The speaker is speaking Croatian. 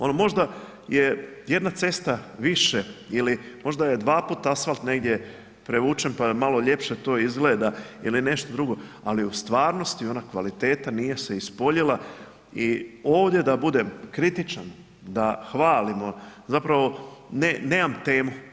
Ono možda je jedna cesta više ili možda je dva puta asfalt negdje prevučen pa da malo ljepše to izgleda ili nešto drugo ali u stvarnosti ona kvaliteta nije se ispoljila i ovdje da budem kritičan, da hvalimo, zapravo nemam temu.